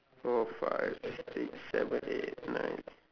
four five six seven eight nine